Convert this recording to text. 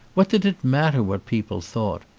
what did it matter what people thought?